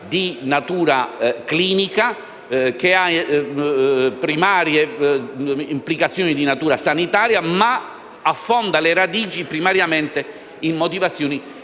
di natura clinica, che ha primarie implicazioni di natura sanitaria, ma che affonda le sue radici primariamente in motivazioni